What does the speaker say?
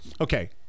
okay